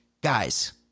guys